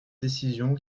décision